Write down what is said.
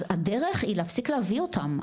אז הדרך היא להפסיק להביא אותם,